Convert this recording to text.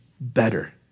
better